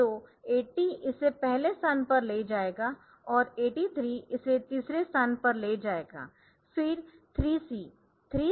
तो 80 इसे पहले स्थान पर ले जाएगा और 83 इसे तीसरे स्थान पर ले जाएगा फिर 3C